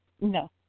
No